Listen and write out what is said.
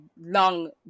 long